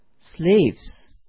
Slaves